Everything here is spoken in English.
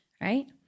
right